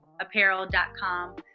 apparel.com